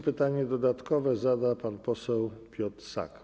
Pytanie dodatkowe zada pan poseł Piotr Sak.